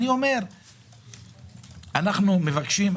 אנחנו מבקשים,